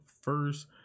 first